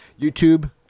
YouTube